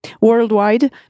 worldwide